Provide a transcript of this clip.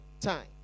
time